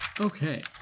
Okay